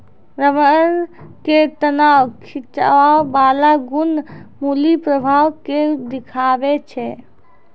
rubber के तनाव खिंचाव बाला गुण मुलीं प्रभाव के देखाबै छै